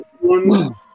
one